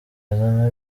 azana